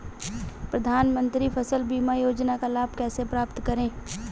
प्रधानमंत्री फसल बीमा योजना का लाभ कैसे प्राप्त करें?